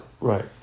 right